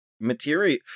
material